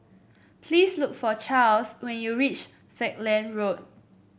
please look for Charls when you reach Falkland Road